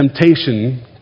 temptation